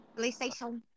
PlayStation